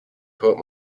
court